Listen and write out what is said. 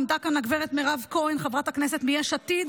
עמדה כאן הגב' מירב כהן, חברת הכנסת מיש עתיד,